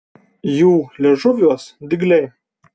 jų liežuviuos dygliai